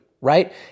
right